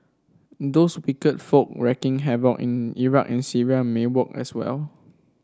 those wicked folk wreaking havoc in Iraq and Syria may work as well